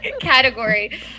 category